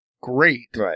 great